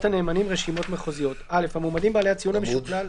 נכנס לדבר הזה והוא קיבל ציון 80,